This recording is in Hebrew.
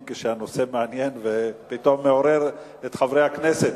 כשהנושא מעניין ופתאום מעורר את חברי הכנסת,